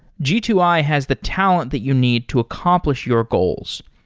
g two i has the talent that you need to accompl ish your goals.